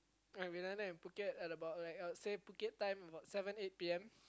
and we landed in Phuket at about like I would say Phuket time seven eight P_M